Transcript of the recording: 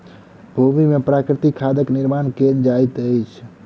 भूमि में प्राकृतिक खादक निर्माण कयल जाइत अछि